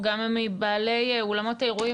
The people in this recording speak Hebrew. הוא גם מבעלי אולמות האירועים,